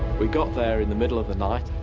we got there in the middle of the night.